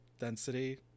density